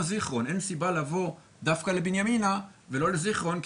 זיכרון.." אין סיבה לבוא דווקא לבנימינה ולא לזיכרון,